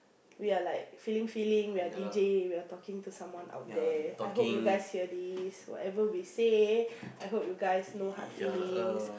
we are like feeling feeling we are D_J we are talking to someone out there I hope you guys hear this whatever we say I hope you guys no hard feelings